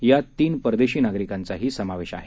यात तीन परदेशी नागरिकांचाही समावेश आहे